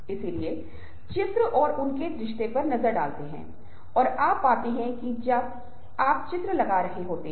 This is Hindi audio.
भले ही कोई व्यक्ति आपसे दूर चल रहा हो लेकिन आपके चलने के तरीके से वह जान जायेगा की आप हैं